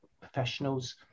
professionals